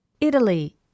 Italy